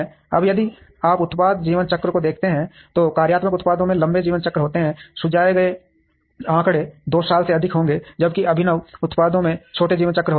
अब यदि आप उत्पाद जीवन चक्रों को देखते हैं तो कार्यात्मक उत्पादों में लंबे जीवन चक्र होते हैं सुझाए गए आंकड़े 2 साल से अधिक होंगे जबकि अभिनव उत्पादों में छोटे जीवन चक्र होते हैं